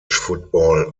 football